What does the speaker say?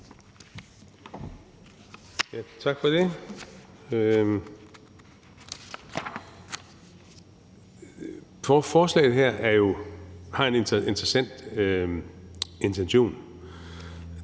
Tak for det. Forslaget her har en interessant intention.